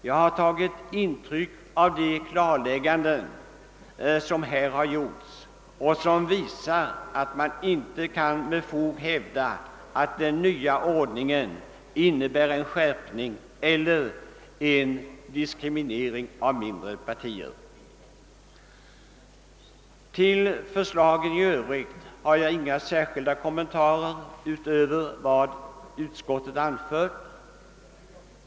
Jag har tagit intryck av de klarlägganden som giorts i detta avseende och som visar, att man inte med fog kan hävda att den nya ordningen innebär en skärpning eller en diskriminering av mindre partier. Till förslagen i övrigt har jag inga särskilda kommentarer utöver vad utskottet anfört.